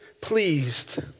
pleased